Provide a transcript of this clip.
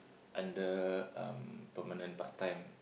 under um permanent part time